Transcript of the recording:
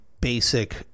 basic